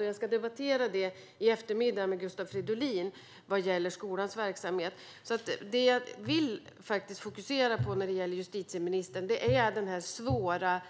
I eftermiddag ska jag debattera med Gustav Fridolin om skolans verksamhet när det gäller detta. Det jag vill fokusera på i mina frågor till justitieministern är den svåra